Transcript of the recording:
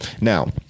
Now